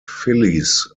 phillies